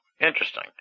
Interesting